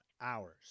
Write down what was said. hours